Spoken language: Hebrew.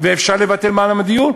ואפשר לבטל מע"מ על דיור,